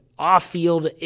off-field